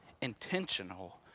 intentional